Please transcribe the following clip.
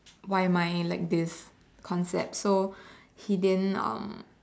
why am I like this concept so he didn't um